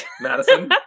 Madison